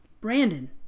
Brandon